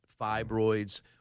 fibroids